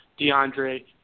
DeAndre